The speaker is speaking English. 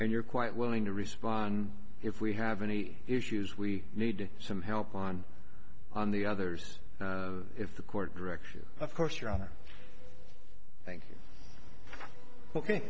and you're quite willing to respond if we have any issues we need some help on on the others if the court direction of course your hon